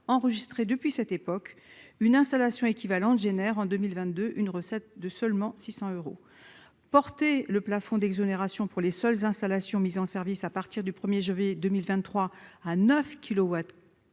enregistrée depuis cette époque, une installation équivalent génère en 2022 une recette de seulement 600 euros porter le plafond d'exonération pour les seules installations mises en service à partir du premier je vais 2023 à 9